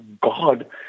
God